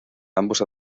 ambos